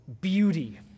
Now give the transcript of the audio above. beauty